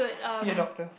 see a doctor